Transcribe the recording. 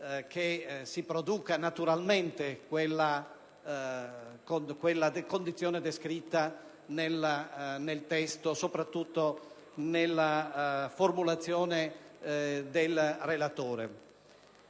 che si produca naturalmente la condizione descritta nel testo, soprattutto nella formulazione del relatore.